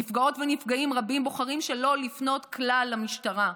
נפגעות ונפגעים רבים בוחרים שלא לפנות כלל למשטרה.